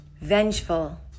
vengeful